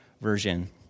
Version